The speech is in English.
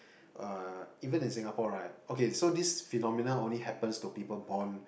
uh even in Singapore right okay so this phenomenon only happens to people born